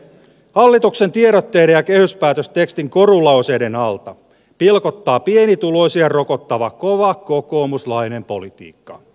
hallituksen tiedotteiden ja kehyspäätöstekstin korulauseiden alta pilkottaa pienituloisia rokottava kova kokoomuslainen politiikka